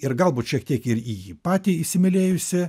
ir galbūt šiek tiek ir į jį patį įsimylėjusi